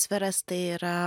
sferas tai yra